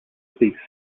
speak